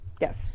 Yes